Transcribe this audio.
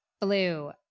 blue